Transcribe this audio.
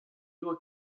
doa